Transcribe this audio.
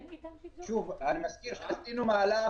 שוב, אני מזכיר שעשינו מהלך